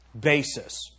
basis